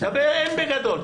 אין בגדול.